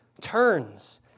turns